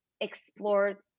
explore